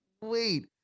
wait